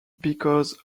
because